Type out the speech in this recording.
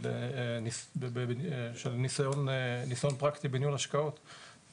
ניסיון פרקטי בניהול השקעות,